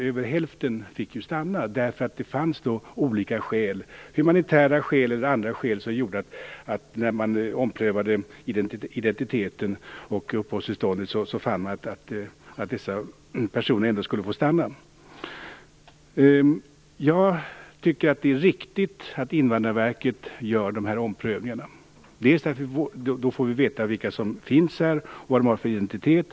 Över häften fick alltså stanna eftersom det fanns olika skäl, humanitära eller andra, som gjorde att man, när man omprövade identiteten och uppehållstillståndet, fann att dessa personer ändå skulle få stanna. Jag tycker att det är riktigt att Invandrarverket gör dessa omprövningar. Då får vi veta vilka som finns här och vad de har för identitet.